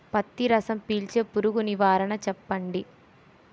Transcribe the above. పత్తి రసం పీల్చే పురుగు నివారణ చెప్పండి?